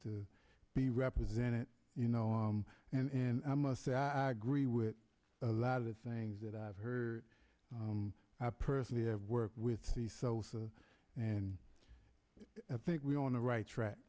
to be represented you know and i must say i agree with a lot of the things that i've heard i personally have worked with the sofa and i think we're on the right track